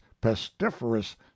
pestiferous